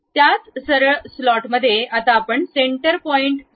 त्याच सरळ स्लॉटमध्ये आता आपण सेन्टर पॉईंट स्ट्रेट स्लॉट सारखे काहीतरी करत आहोत